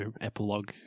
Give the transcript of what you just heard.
epilogue